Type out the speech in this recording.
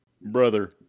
Brother